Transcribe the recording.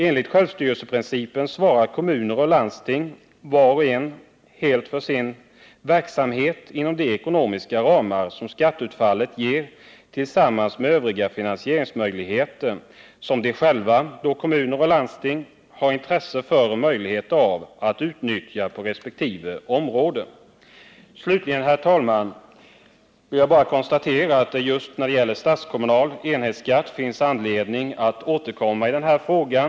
Enligt självstyrelseprincipen svarar respektive kommuner och landsting helt för sin egen verksamhet inom de ekonomiska ramar som skatteutfallet ger tillsammans med övriga finansieringsmöjligheter som de själva — dvs. den egna kommunen och landstinget — har intresse för och möjlighet till att utnyttja på resp. områden. Slutligen vill jag, herr talman, bara konstatera att det just beträffande statskommunal enhetsskatt finns anledning att återkomma i denna fråga.